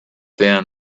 thin